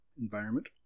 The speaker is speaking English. environment